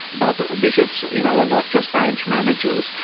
but the bishops you know are not just branch managers,